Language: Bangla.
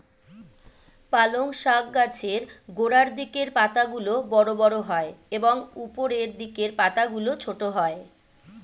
পালং শাক গাছের গোড়ার দিকের পাতাগুলো বড় বড় হয় এবং উপরের দিকের পাতাগুলো ছোট হয়